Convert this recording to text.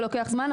זה לוקח זמן,